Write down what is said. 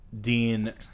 Dean